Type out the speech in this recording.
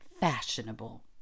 fashionable